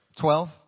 Twelve